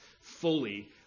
fully